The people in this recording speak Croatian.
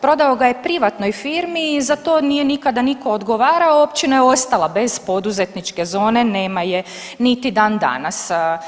Prodao ga je privatnoj firmi i za to nije nikada nitko odgovarao, općina je ostala bez poduzetničke zone nema je niti dan danas.